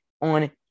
on